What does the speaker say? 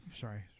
Sorry